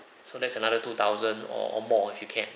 so that's another two thousand or more if you can